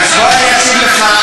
בוא ואני אשיב לך,